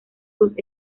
sus